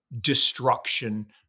destruction